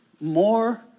more